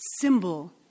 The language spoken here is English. symbol